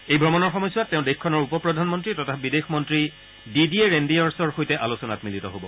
এই ভ্ৰমণৰ সময়ছোৱাত তেওঁ দেশখনৰ উপ প্ৰধানমন্ত্ৰী তথা বিদেশ মন্ত্ৰী দিদিয়ে ৰেন্দেয়ৰ্ছৰ সৈতে আলোচনাত মিলিত হব